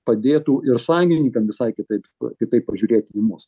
padėtų ir sąjungininkam visai kitaip kitaip pažiūrėti į mus